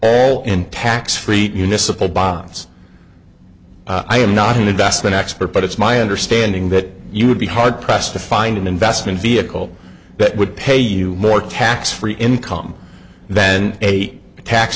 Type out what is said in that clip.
trust in tax free unisa paid by us i am not an investment expert but it's my understanding that you would be hard pressed to find an investment vehicle that would pay you more tax free income than a tax